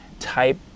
type